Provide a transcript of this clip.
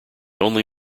only